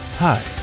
Hi